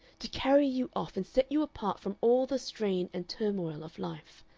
to carry you off and set you apart from all the strain and turmoil of life.